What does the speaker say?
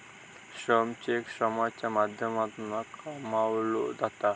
श्रम चेक श्रमाच्या माध्यमातना कमवलो जाता